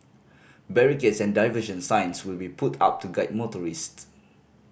barricades and diversion signs will be put up to guide motorists